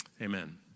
amen